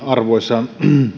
arvoisa